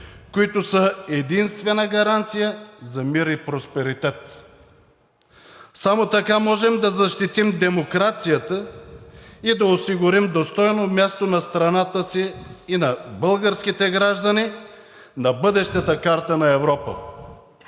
които са единствена гаранция за мир и просперитет. Само така можем да защитим демокрацията и да осигурим достойно място на страната си и на българските граждани на бъдещата карта на Европа.